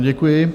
Děkuji.